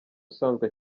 usanzwe